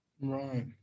Right